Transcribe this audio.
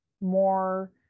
more